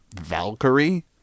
Valkyrie